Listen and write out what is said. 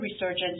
resurgence